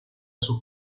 sus